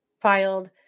filed